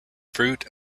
fruit